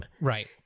Right